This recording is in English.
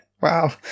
Wow